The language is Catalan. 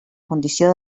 condició